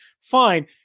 Fine